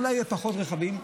אולי פחות רכבים.